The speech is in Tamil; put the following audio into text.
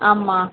ஆமாம்